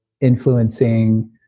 influencing